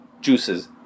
juices